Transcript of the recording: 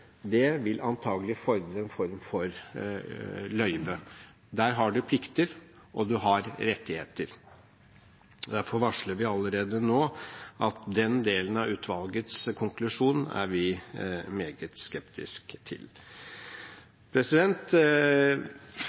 vil fordre en form for løyve. Der har man plikter og rettigheter. Derfor varsler vi allerede nå at den delen av utvalgets konklusjon er vi meget skeptisk til.